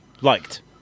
liked